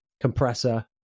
compressor